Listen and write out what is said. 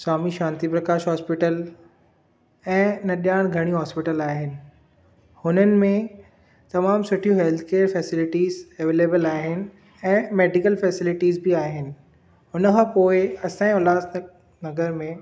Swami Shantiprakash hospital ऐं न ॼाण घणी हॉस्पिटल आहिनि हुननि में तमामु सुठीयूं हैल्थ केअर फैसलिटीस ऐवेलेबल आहिनि ऐं मैडिकल फैसलिटीस बि आहिनि हुन खां पोइ असाएं उल्हासनगर में